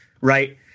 right